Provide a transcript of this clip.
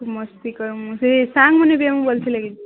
ମସ୍ତି କର୍ ସେ ସାଙ୍ଗ୍ମାନେ ବି ଆମକୁ ଭଲ୍ ସେ ଲାଗିଛି